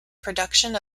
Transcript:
production